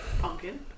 Pumpkin